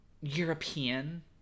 European